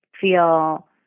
feel